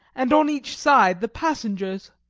and on each side the passengers,